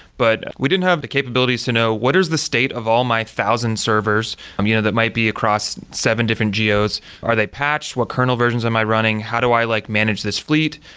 but we didn't have the capabilities to know what is the state of all my thousand servers um you know that might be across seven different gos. are they patched? what kernel versions am i running? how do i like manage this fleet?